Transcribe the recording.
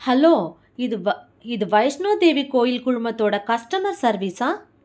hello இது வ இது வைஷ்ணு தேவி கோயில் குழுமத்தோடு கஸ்டமர் சர்வீஸா